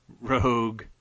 rogue